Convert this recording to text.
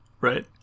Right